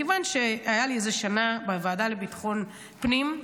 מכיוון שהייתה לי איזו שנה בוועדה לביטחון הפנים,